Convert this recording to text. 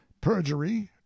perjury